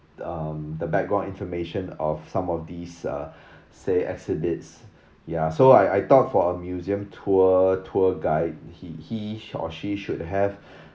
um the background information of some of these uh say exhibits ya so I I thought for a museum tour tour guide he he or she should have